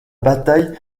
bataille